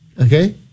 okay